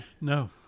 no